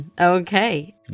Okay